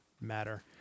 matter